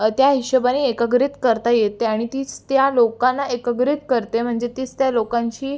त्या हिशोबाने एकग्रित करता येते आणि तीच त्या लोकांना एकग्रित करते म्हणजे तीच त्या लोकांची